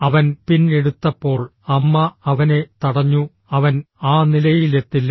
അവൻ പിൻ എടുത്തപ്പോൾ അമ്മ അവനെ തടഞ്ഞു അവൻ ആ നിലയിലെത്തില്ല